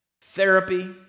therapy